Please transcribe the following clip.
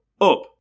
up